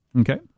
Okay